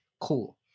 Cool